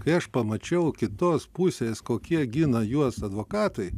kai aš pamačiau kitos pusės kokie gina juos advokatai